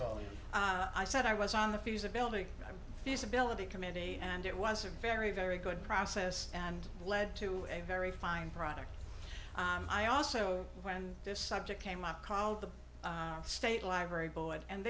all i said i was on the feasibility feasibility committee and it was a very very good process and led to a very fine product i also when this subject came up called the state library board and